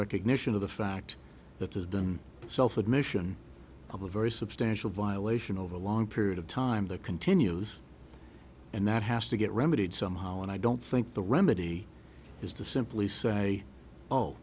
recognition of the fact that there's been self admission of a very substantial violation over a long period of time that continues and that has to get remedied somehow and i don't think the remedy is to simply say oh